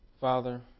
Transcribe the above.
Father